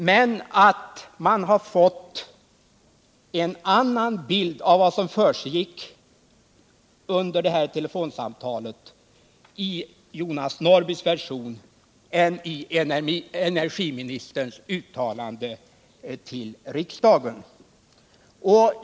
Jonas Norrbys version ger en annan bild av vad som sades under det här telefonsamtalet än vad som framgick av energiministerns uttalande till riksdagen.